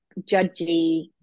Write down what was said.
judgy